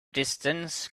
distance